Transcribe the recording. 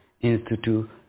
Institute